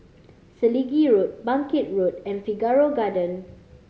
Selegie Road Bangkit Road and Figaro Garden